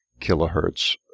kilohertz